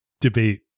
debate